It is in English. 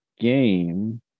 game